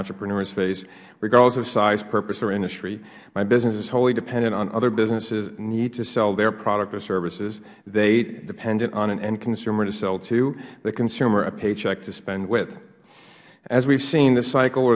entrepreneurs face regardless of size purpose or industry my business is wholly dependent on other businesses who need to sell their products or services they are dependent on an end consumer to sell to the consumer a paycheck to spend with as we have seen the cycle